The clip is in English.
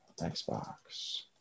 Xbox